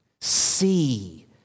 see